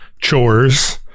chores